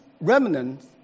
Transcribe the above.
remnants